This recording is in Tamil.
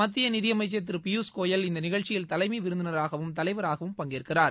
மத்திய நிதியமைச்சர் திரு பியூஷ் கோயல் இந்த நிகழ்ச்சியில் தலைமை விருந்தினராகவும் தலைவராகவும் பங்கேற்கிறார்